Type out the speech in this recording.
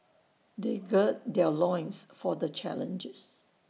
they gird their loins for the challenges